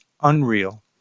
unreal